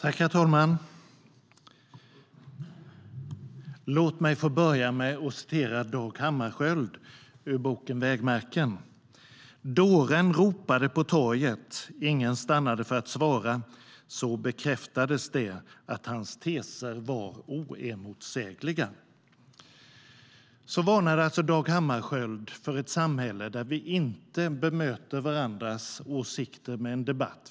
Herr talman! Låt mig börja med att få återge vad Dag Hammarskjöld skriver i boken Vägmärken : Dåren ropade på torget. Ingen stannade för att svara. Så bekräftades det att hans teser var oemotsägliga. Så varnade alltså Dag Hammarskjöld för ett samhälle där vi inte bemöter varandras åsikter med en debatt.